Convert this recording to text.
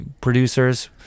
producers